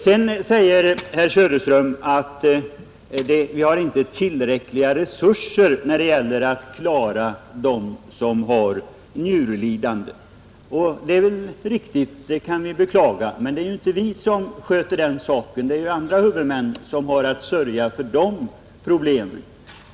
Sedan säger herr Söderström att vi inte har tillräckliga resurser när det gäller att hjälpa de njurlidande. Det är väl riktigt och det kan vi beklaga. Men det är inte vi som sköter den saken, utan andra huvudmän har att söka lösningen på dessa problem.